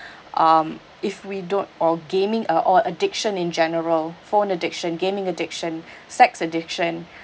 um if we don't or gaming uh or addiction in general phone addiction gaming addiction sex addiction